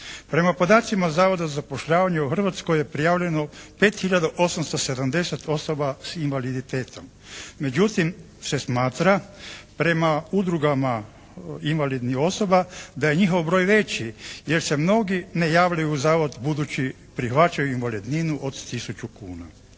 Prema podacima Zavoda za zapošljavanje u Hrvatskoj je prijavljeno 5 hiljada 870 osoba s invaliditetom, međutim se smatra prema udrugama invalidnih osoba da je njihov broj veći jer se mnogi ne javljaju u zavod budući prihvaćaju invalidninu od tisuću kuna.